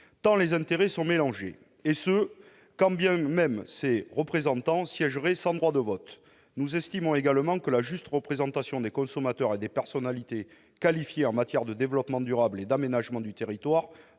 tant les intérêts sont mélangés, et ce quand bien même ces représentants siègeraient sans droit de vote. Nous estimons également que la juste représentation des consommateurs et des personnalités qualifiées en matière de développement durable et d'aménagement du territoire